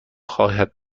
خواهد